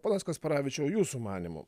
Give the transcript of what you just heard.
ponas kasparavičiau jūsų manymu